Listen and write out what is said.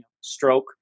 stroke